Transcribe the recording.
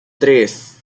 tres